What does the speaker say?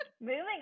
Moving